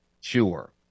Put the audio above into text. sure